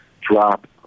drop